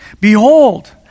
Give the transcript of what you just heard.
Behold